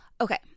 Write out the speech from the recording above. Okay